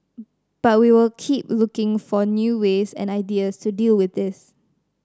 but we will keep looking for new ways and ideas to deal with this